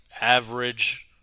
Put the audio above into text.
average